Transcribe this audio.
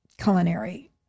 culinary